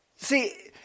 See